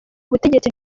butegetsi